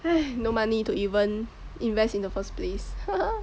!hais! no money to even invest in the first place